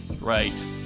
Right